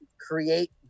create